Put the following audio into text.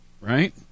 right